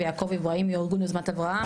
ויעקב איברהים מארגון יוזמת אברהם